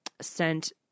sent